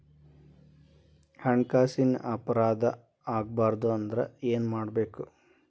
ಹಣ್ಕಾಸಿನ್ ಅಪರಾಧಾ ಆಗ್ಬಾರ್ದು ಅಂದ್ರ ಏನ್ ಮಾಡ್ಬಕು?